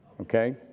okay